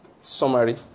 summary